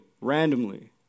randomly